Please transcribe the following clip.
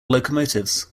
locomotives